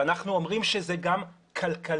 ואנחנו אומרים שזה גם כלכלי.